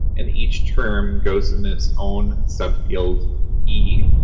and each term goes in its own subfield e.